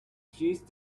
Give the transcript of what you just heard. cheese